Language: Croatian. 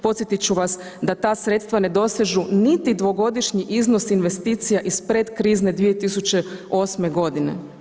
Podsjetit ću vas da ta sredstva ne dosežu niti dvogodišnji iznos investicija iz predkrizne 2008. godine.